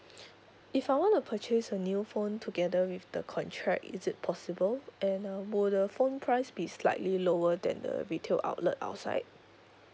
if I want to purchase a new phone together with the contract is it possible and uh will the phone price be slightly lower than the retail outlet outside